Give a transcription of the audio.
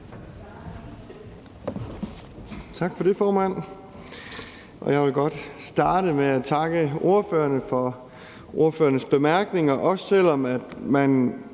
Tak for det, formand. Jeg vil godt starte med at takke ordførerne for deres bemærkninger, også selv om man